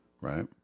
Right